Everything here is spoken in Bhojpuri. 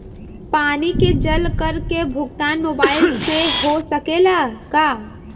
पानी के जल कर के भुगतान मोबाइल से हो सकेला का?